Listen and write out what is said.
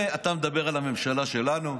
אתה מדבר על הממשלה שלנו?